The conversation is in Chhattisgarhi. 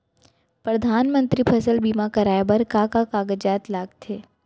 परधानमंतरी फसल बीमा कराये बर का का कागजात लगथे?